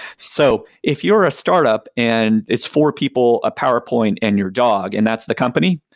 so if you're a startup and it's four people, a powerpoint and your dog, and that's the company,